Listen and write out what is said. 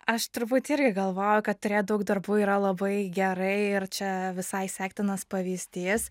aš turbūt irgi galvojau kad daug darbų yra labai gerai ir čia visai sektinas pavyzdys